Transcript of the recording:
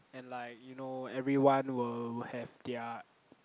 and like you know everyone will have their